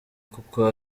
kuko